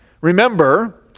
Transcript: Remember